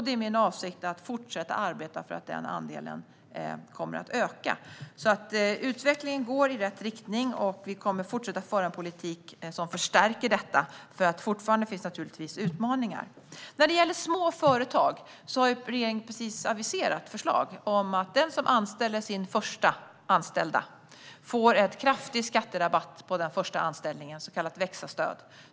Det är min avsikt att fortsätta att arbeta för att denna andel kommer att öka. Utvecklingen går i rätt riktning. Vi kommer att fortsätta att föra en politik som förstärker detta, för det finns naturligtvis fortfarande utmaningar. När det gäller små företag har regeringen just aviserat förslag om att den som anställer sin första anställda får en kraftig skatterabatt på denna anställning, ett så kallat växa-stöd.